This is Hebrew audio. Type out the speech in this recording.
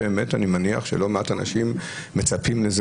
שבאמת אני מניח שלא מעט אנשים מצפים לזה,